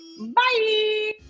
Bye